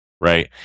Right